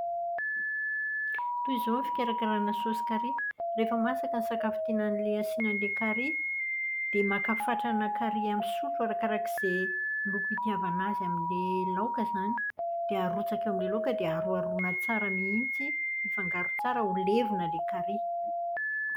Toy izao ny fikarakaràna saosy kary. Rehefa masaka ny sakafo tiana an'ilay asiana an'ilay kary, dia maka fatrana kary amin'ny sotro arakarak'izay loko itiavana azy amin'ilay laoka izay. Dia arotsaka eo amin'ilay laoka dia haroharoina tsara mihitsy hifangaro tsara ho levona ilay kary.